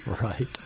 Right